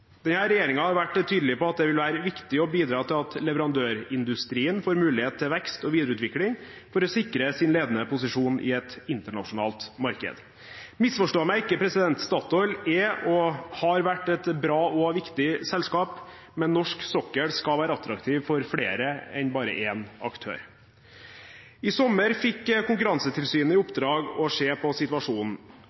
har vært tydelig på at det vil være viktig å bidra til at leverandørindustrien får mulighet til vekst og videreutvikling for å sikre sin ledende posisjon i et internasjonalt marked. Misforstå meg ikke: Statoil er og har vært et bra og viktig selskap, men norsk sokkel skal være attraktiv for flere enn bare én aktør. I sommer fikk Konkurransetilsynet i oppdrag å se på situasjonen.